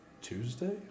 Tuesday